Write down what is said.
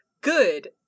Good